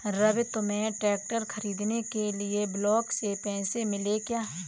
रवि तुम्हें ट्रैक्टर खरीदने के लिए ब्लॉक से पैसे मिले क्या?